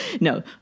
No